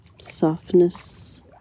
softness